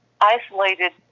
isolated